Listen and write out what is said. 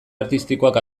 artistikoak